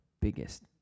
biggest